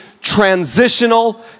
transitional